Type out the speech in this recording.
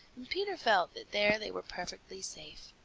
peter felt that there they were perfectly safe.